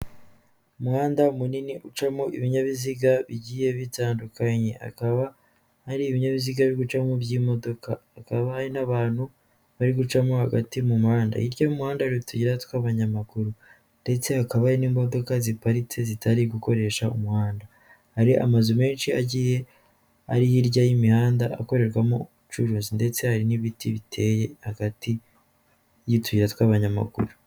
Umuhanda munini ucamo ibinyabiziga bigiye bitandukanye akaba hari ibinyabiziga biri gucamo by'imodoka, hakaba n'abantu bari gucamo hagati mu muhanda hirya y'umuhanda hari utuyira tw'abanyamaguru ndetse hakaba hari n'imodoka ziparitse zitari gukoresha umuhanda. Hari amazu menshi agiye ari hirya y'imihanda akorerwamo ubucuruzi, ndetse hari n'ibiti biteye hagati y'utuyira tw'abanyamaguru.